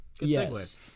yes